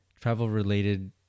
travel-related